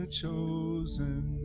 chosen